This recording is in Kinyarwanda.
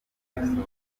poromosiyo